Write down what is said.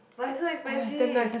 but it's so expensive